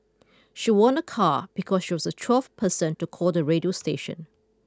she won a car because she was the twelfth person to call the radio station